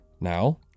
Now